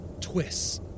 twists